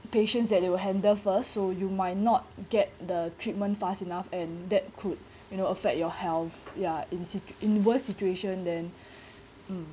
patients that they will handle first so you might not get the treatment fast enough and that could you know affect your health ya in sit~ in worse situation then um